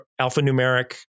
alphanumeric